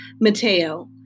Mateo